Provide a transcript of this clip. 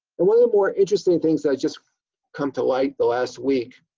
and one of the more interesting things that's just come to light the last week,